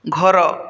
ଘର